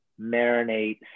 marinate